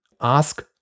Ask